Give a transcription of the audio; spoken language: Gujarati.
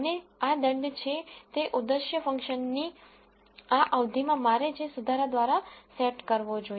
અને આ દંડ છે તે ઉદ્દેશ્ય ફંક્શનની આ અવધિમાં મારે જે સુધારા દ્વારા સેટ કરવો જોઈએ